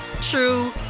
true